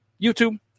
YouTube